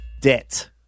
Debt